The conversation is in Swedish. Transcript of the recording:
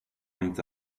inte